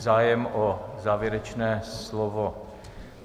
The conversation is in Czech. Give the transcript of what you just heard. Zájem o závěrečné slovo